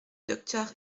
docteur